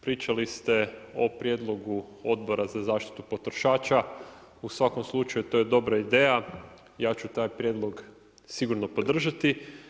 Pričali ste o prijedlogu odbora za zaštitu potrošača u svakom slučaju to je dobra ideja, ja ću taj prijedlog sigurno podržati.